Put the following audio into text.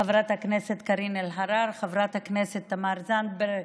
חברת הכנסת קארין אלהרר וחברת הכנסת תמר זנדברג,